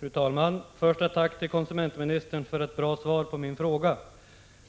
Fru talman! Först ett tack till konsumentministern för ett bra svar på min fråga.